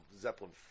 Zeppelin